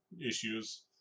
issues